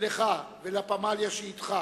לך ולפמליה שאתך